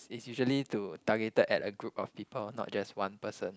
it's usually to targeted at a group of people not just one person